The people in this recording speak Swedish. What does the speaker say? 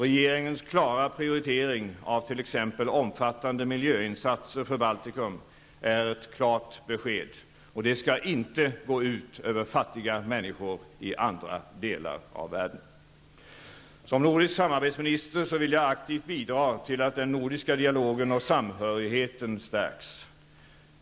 Regeringens klara prioritering av t.ex. omfattande miljöinsatser för Baltikum är ett klart besked, och denna prioritering skall inte gå ut över fattiga människor i andra delar av världen. Som nordisk samarbetsminister vill jag aktivt bidra till att den nordiska dialogen och samhörigheten stärks.